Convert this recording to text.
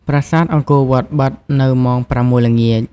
ប្រាសាទអង្គរវត្តបិទនៅម៉ោង ៦ ល្ងាច។